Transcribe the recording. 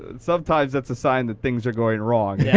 ah sometimes that's a sign that things are going wrong. yeah